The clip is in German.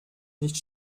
nicht